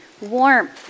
warmth